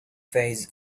phase